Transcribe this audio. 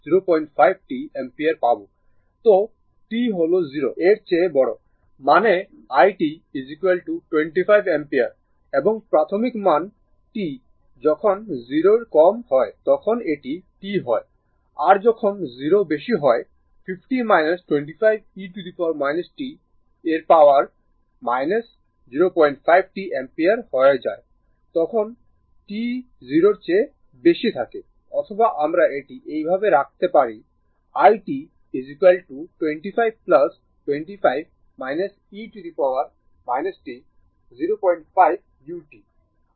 তো t হল 0 এর চেয়ে বড় মানে i t 25 অ্যাম্পিয়ার এবং প্রাথমিক মান t যখন 0 এর কম হয় তখন এটি t হয় আর যখন 0 বেশি হয় 50 25 e t এর পাওয়ার 05 t অ্যাম্পিয়ার হয়ে যায় তখন t 0 এর বেশি থাকে অথবা আমরা এটি এইভাবে রাখতে পারি i t 25 25 e t 05 t u